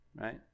right